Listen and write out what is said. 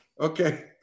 Okay